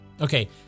Okay